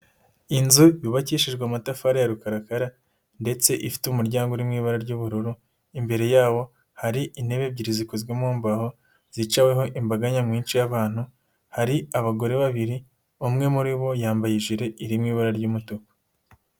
Inzu yubakishijwe amatafari ya rukarakara ndetse ifite umuryango uri mu ibara ry'ubururu, imbere yabo hari intebe ebyiri zikozwe mu mbaho, zicaweho imbaga nyamwinshi y'abantu. hari abagore babiri, umwe muri bo yambaye ijire irimo ibara ry'umutuku.